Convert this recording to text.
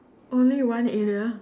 only one area